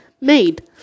made